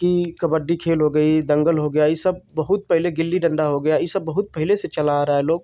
कि कबड्डी खेल हो गया दंगल हो गया यह सब बहुत पहले गिल्ली डन्डा हो गया यह सब बहुत पहले से चला आ रहा है लोग